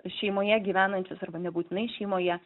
šeimoje gyvenančius arba nebūtinai šeimoje